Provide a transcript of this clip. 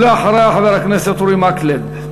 ואחריה, חבר הכנסת אורי מקלב.